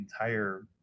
entire